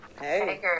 Hey